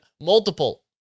multiple